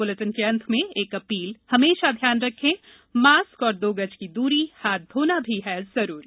इस बुलेटिन के अंत में एक अपील हमेशा ध्यान रखें मास्क और दो गज की दूरी हाथ धोना भी है जरूरी